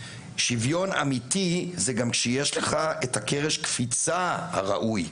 שוויון אמיתי זה גם כשיש לך את קרש הקפיצה הראוי.